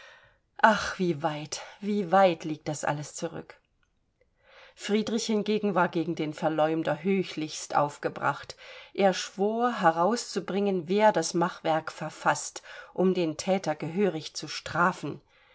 ach wie weit wie weit liegt das alles zurück friedrich hingegen war gegen den verleumder höchlichst aufgebracht er schwor herauszubringen wer das machwerk verfaßt um den thäter gehörig zu strafen